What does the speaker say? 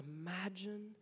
Imagine